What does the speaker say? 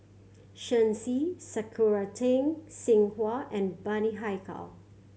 Shen Xi Sakura Teng Ying Hua and Bani Haykal